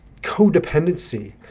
codependency